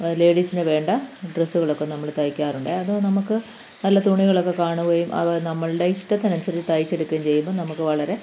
ലേഡീസിന് വേണ്ട ഡ്രെസ്സുകളൊക്കെ നമ്മൾ തയ്ക്കാറുണ്ട് അത് നമുക്ക് നല്ല തുണികളൊക്കെ കാണുകയും അത് നമ്മളുടെ ഇഷ്ടത്തിനനുസരിച്ച് തയ്ച്ച് എടുക്കുകയും ചെയ്യുമ്പോൾ നമുക്ക് വളരെ